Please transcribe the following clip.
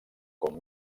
com